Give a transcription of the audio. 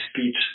speech